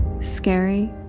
Scary